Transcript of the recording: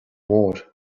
mhóir